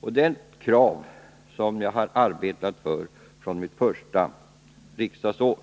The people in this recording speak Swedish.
Det är ett krav som jag har arbetat för från mitt första riksdagsår.